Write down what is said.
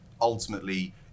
ultimately